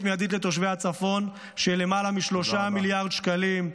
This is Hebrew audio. מיידית לתושבי הצפון של למעלה מ-3 מיליארד שקלים,